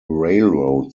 railroad